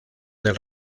del